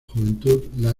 juventud